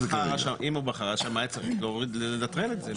אם הוא בחר, השמאי צריך לנטרל את זה.